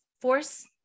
force